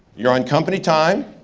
you're on company time.